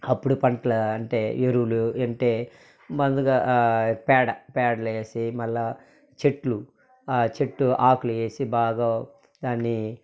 అప్పుడు పంటలు అంటే ఎరువులు అంటే మందుగా పేడ పేడ వేసి మళ్ళా చెట్లు చెట్టు ఆకులు వేసి బాగా దాన్ని